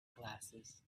glasses